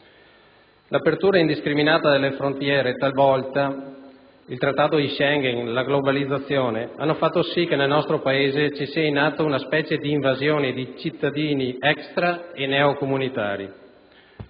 L'apertura indiscriminata delle frontiere, il Trattato di Schengen, la globalizzazione, hanno fatto sì che nel nostro Paese sia in atto una specie di invasione di cittadini extra e neocomunitari.